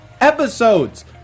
episodes